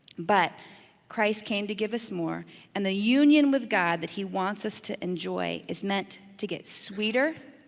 but christ came to give us more and the union with god that he wants us to enjoy is meant to get sweeter,